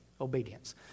Obedience